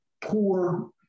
poor